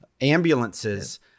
ambulances